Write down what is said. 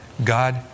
God